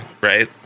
right